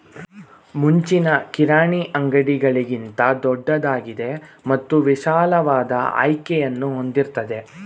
ಮುಂಚಿನ ಕಿರಾಣಿ ಅಂಗಡಿಗಳಿಗಿಂತ ದೊಡ್ದಾಗಿದೆ ಮತ್ತು ವಿಶಾಲವಾದ ಆಯ್ಕೆಯನ್ನು ಹೊಂದಿರ್ತದೆ